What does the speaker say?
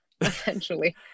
essentially